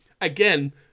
again